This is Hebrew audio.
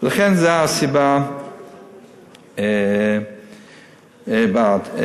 זו סיבה להיות בעד.